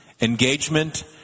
engagement